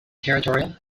territorial